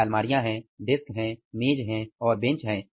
यहां अलमारियां हैं डेस्क हैं मेज हैं बेंच हैं